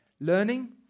Learning